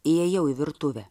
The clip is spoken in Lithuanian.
įėjau į virtuvę